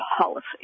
policy